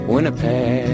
Winnipeg